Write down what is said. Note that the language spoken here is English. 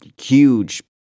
huge